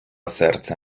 серце